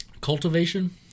Cultivation